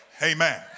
amen